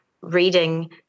reading